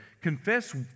confess